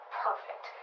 perfect